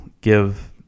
give